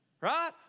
Right